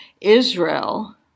Israel